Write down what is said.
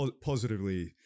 positively